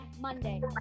Monday